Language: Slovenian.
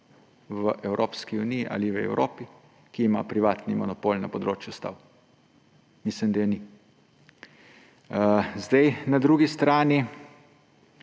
v Evropski uniji ali v Evropi, ki ima privatni monopol na področju stav. Mislim, da je ni. Na drugi strani